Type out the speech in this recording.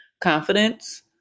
confidence